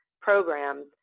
programs